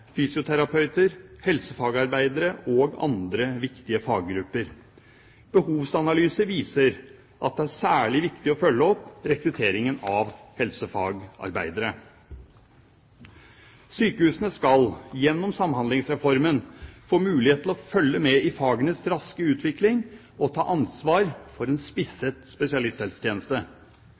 fysioterapeuter, helsefagarbeidere og andre viktige faggrupper. Behovsanalyser viser at det er særlig viktig å følge opp rekrutteringen av helsefagarbeidere Sykehusene skal gjennom Samhandlingsreformen få mulighet til å følge med i fagenes raske utvikling og ta ansvar for en spisset spesialisthelsetjeneste.